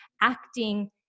acting